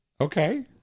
Okay